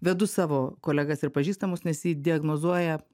vedu savo kolegas ir pažįstamus nes ji diagnozuoja